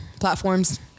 platforms